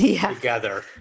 together